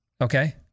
Okay